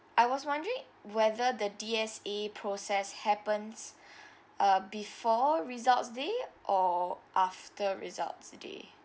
I was wondering whether the D_S_A process happens uh before result's day or after result's day